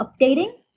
updating